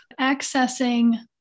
accessing